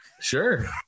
Sure